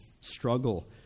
struggle